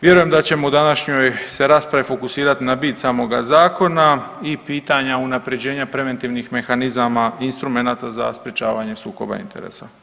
Vjerujem da ćemo u današnjoj se raspravi fokusirati na bit samoga zakona i pitanja unapređenja preventivnih mehanizama i instrumenata za sprječavanje sukoba interesa.